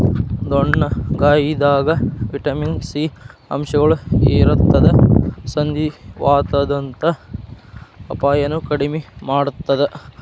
ಡೊಣ್ಣಗಾಯಿದಾಗ vitamin C ಅಂಶಗಳು ಇರತ್ತದ ಸಂಧಿವಾತದಂತ ಅಪಾಯನು ಕಡಿಮಿ ಮಾಡತ್ತದ